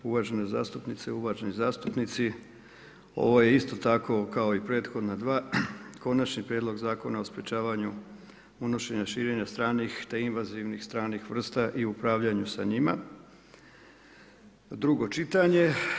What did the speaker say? Uvažene zastupnice i uvaženi zastupnici, ovo je isto tako kao i prethodna dva Konačni prijedlog zakona o sprječavanju unošenja, širenja stranih, te invazivnih stranih vrsta i upravljanju sa njima, drugo čitanje.